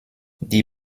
die